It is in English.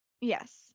Yes